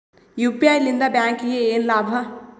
UPI ಲಿಂದ ಬ್ಯಾಂಕ್ಗೆ ಏನ್ ಲಾಭ?